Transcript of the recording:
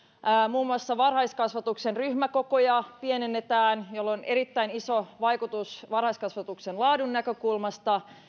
muun muassa varhaiskasvatuksen ryhmäkokoja pienennetään millä on erittäin iso vaikutus varhaiskasvatuksen laadun näkökulmasta